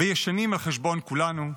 וישנים על חשבון כולנו,